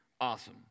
awesome